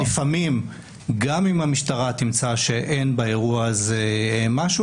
לפעמים גם אם המשטרה תמצא שאין באירוע הזה משהו,